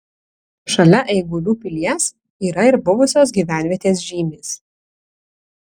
šalia eigulių pilies yra ir buvusios gyvenvietės žymės